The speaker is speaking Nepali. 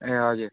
ए हजुर